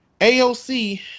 AOC